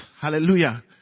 Hallelujah